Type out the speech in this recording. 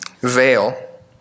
veil